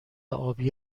آبی